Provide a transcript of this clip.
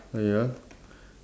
ah ya